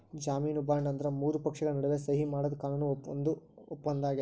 ಜಾಮೇನು ಬಾಂಡ್ ಅಂದ್ರ ಮೂರು ಪಕ್ಷಗಳ ನಡುವ ಸಹಿ ಮಾಡಿದ ಕಾನೂನು ಬದ್ಧ ಒಪ್ಪಂದಾಗ್ಯದ